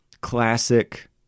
classic